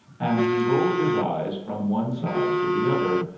and he rolled his eyes from one side to the other,